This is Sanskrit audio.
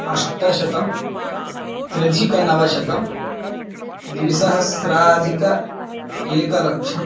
अष्टशतं त्र्यधिकनवशतं द्विसहस्राधिकम् एकलक्षं